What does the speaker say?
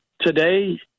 today